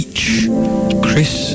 Chris